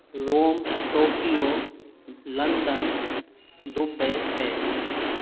Rome Tokyo London Dubai Paris